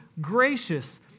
gracious